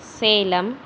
Salem